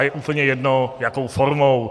A je úplně jedno jakou formou.